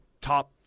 top